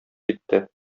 китте